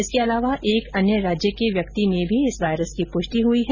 इसके अलावा एक अन्य राज्य के व्यक्ति में भी इस वायरस की पुष्टि हुई है